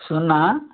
సున్నా